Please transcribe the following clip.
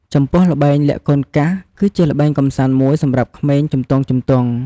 ចំពោះល្បែងលាក់កូនកាស គឺជាល្បែងកម្សាន្តមួយសម្រាប់ក្មេងជំទង់ៗ។